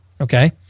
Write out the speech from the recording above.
Okay